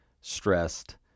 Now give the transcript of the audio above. stressed